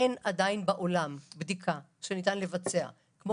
אין עדיין בעולם בדיקה שניתן לבצע כמו